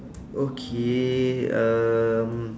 okay um